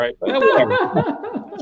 right